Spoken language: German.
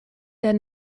der